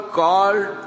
called